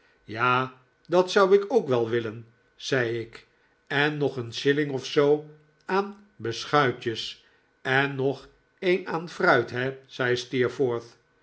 ja dat zou ik ook wel willen zei ik en nog een shilling of zoo aan beschuitjes en nog een aan fruit he zei steerforth